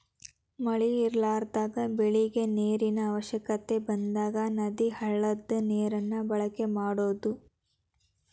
ಮಳಿ ಇರಲಾರದಾಗ ಬೆಳಿಗೆ ನೇರಿನ ಅವಶ್ಯಕತೆ ಬಂದಾಗ ನದಿ, ಹಳ್ಳದ ನೇರನ್ನ ಬಳಕೆ ಮಾಡುದು